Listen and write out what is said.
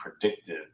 predictive